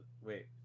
Wait